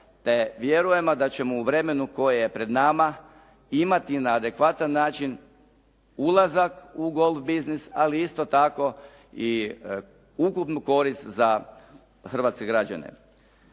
te vjerujemo da ćemo u vremenu koje je pred nama, imati na adekvatan način ulazak u golf biznis, ali isto tako i ukupnu korist za hrvatske građane.